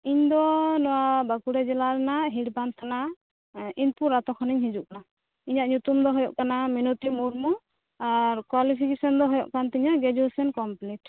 ᱤᱧᱫᱚ ᱱᱚᱣᱟ ᱵᱟᱸᱠᱩᱲᱟ ᱡᱮᱞᱟ ᱨᱮᱱᱟᱜ ᱦᱤᱲᱵᱟᱱᱫᱽ ᱛᱷᱟᱱᱟ ᱤᱱᱯᱩᱨ ᱟᱛᱳ ᱠᱷᱚᱱᱤᱧ ᱦᱤᱡᱩᱜ ᱠᱟᱱᱟ ᱤᱧᱟᱹᱜ ᱧᱩᱛᱩᱢ ᱫᱚ ᱦᱩᱭᱩᱜ ᱠᱟᱱᱟ ᱢᱤᱱᱚᱛᱤ ᱢᱩᱨᱢᱩ ᱟᱨ ᱠᱚᱣᱟᱞᱤᱯᱷᱤᱠᱮᱥᱚᱱ ᱫᱚ ᱦᱩᱭᱩᱜ ᱠᱟᱱ ᱛᱤᱧᱟᱹ ᱜᱨᱮᱡᱩᱣᱮᱥᱚᱱ ᱠᱚᱢᱯᱞᱤᱴ